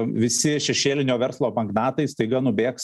visi šešėlinio verslo magnatai staiga nubėgs